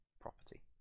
property